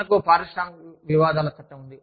మనకు పారిశ్రామిక వివాదాల చట్టం ఉంది